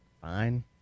Fine